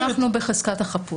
פה אנחנו בחזקת החפות.